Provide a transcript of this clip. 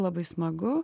labai smagu